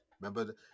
Remember